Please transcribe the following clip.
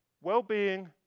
Well-being